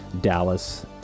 Dallas